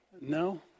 No